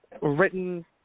written